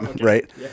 Right